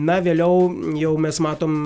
na vėliau jau mes matom